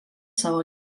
savo